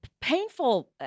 painful